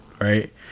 right